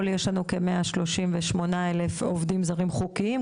יש לנו כ-138,000 עובדים זרים חוקיים.